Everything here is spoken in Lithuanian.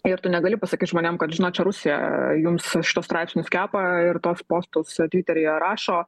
ir tu negali pasakyt žmonėm kad žinot čia rusija jums šituos straipsnius kepa ir tuos postus tviteryje rašo